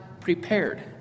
prepared